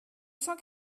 cent